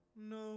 no